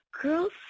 girls